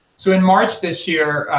so in march this year,